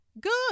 Good